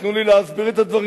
תנו לי להסביר את הדברים.